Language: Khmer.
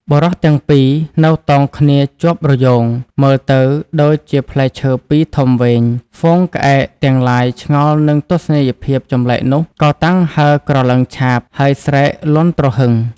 បុរសទាំងពីរនៅតោងគ្នាជាប់រយោង មើលទៅដូចជាផ្លែឈើពីរធំវែង។ ហ្វូងក្អែកទាំង ឡាយឆ្ងល់នឹងទស្សនីយភាពចម្លែកនោះ ក៏តាំងហើរក្រឡឹងឆាប ហើយស្រែកលាន់ទ្រហឹង។